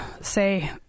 say